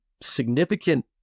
significant